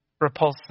repulsive